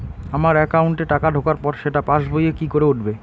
আমার একাউন্টে টাকা ঢোকার পর সেটা পাসবইয়ে কি করে উঠবে?